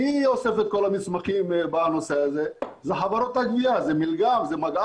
מי אוסף את כל המסמכים בנושא הזה חברות הגבייה מגער,